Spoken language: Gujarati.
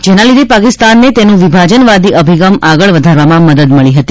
જેના લીધે પાકિસ્તાનને તેનું વિભાજનવાદી અભિગમ આગળ વધારવામાં મદદ મળી હતી